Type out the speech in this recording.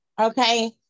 Okay